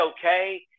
okay